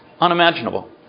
unimaginable